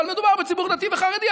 אבל מדובר בציבור דתי וחרדי,